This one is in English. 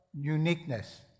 uniqueness